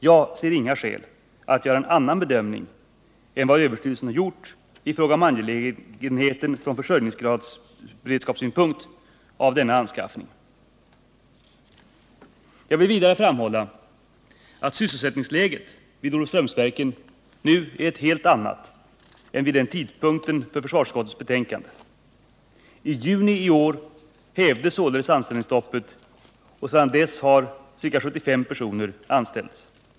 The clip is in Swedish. Jag ser inga skäl att göra en annan bedömning än ÖEF i fråga om angelägenheten från försörjningsberedskapssynpunkt av denna anskaffning. Jag vill vidare framhålla att sysselsättningsläget vid Olofströmsverken nu är ett helt annat än vid tidpunkten för försvarsutskottets betänkande. I juni i år hävdes således anställningsstoppet och sedan dess har ca 75 personer anställts.